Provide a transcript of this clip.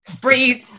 Breathe